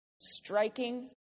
striking